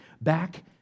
back